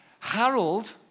Harold